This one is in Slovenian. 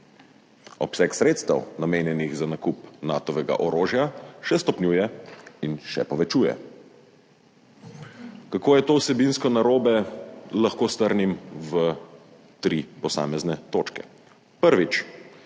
Obseg sredstev, namenjenih za nakup Natovega orožja, še stopnjuje in še povečuje. Kako je to vsebinsko narobe, lahko strnem v tri posamezne točke. Prvič,